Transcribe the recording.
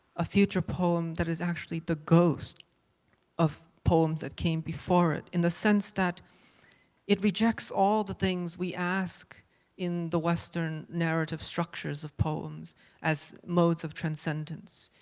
a future poem that is actually the ghost of poems that came before it, in the sense that it rejects all the things we ask in the western narrative structures of poems as modes of transcendence.